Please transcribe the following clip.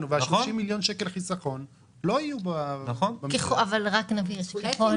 וה-30 מיליון שקל חיסכון לא יהיו --- ענבר בזק,